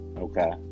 Okay